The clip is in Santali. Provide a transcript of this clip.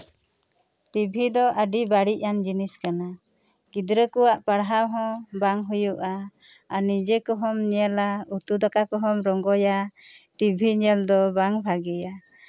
ᱴᱤᱵᱷᱤ ᱫᱚ ᱟᱹᱰᱤ ᱵᱟᱹᱲᱤᱡ ᱟᱱ ᱡᱤᱱᱤᱥ ᱠᱟᱱᱟ ᱜᱤᱫᱽᱨᱟᱹ ᱠᱚᱣᱟᱜ ᱯᱟᱲᱦᱟᱣ ᱦᱚᱸ ᱵᱟᱝ ᱦᱩᱭᱩᱜᱼᱟ ᱟᱨ ᱱᱤᱡᱮ ᱠᱚᱦᱚᱢ ᱧᱮᱞᱟ ᱩᱛᱩ ᱫᱟᱠᱟ ᱠᱚᱦᱚᱢ ᱨᱚᱝᱜᱚᱭᱟ ᱴᱤᱵᱷᱤ ᱧᱮᱞ ᱫᱚ ᱵᱟᱝ ᱵᱷᱟᱹᱜᱤᱭᱟ